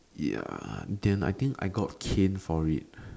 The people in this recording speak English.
ya then I think I got caned for it